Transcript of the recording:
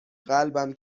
قلبم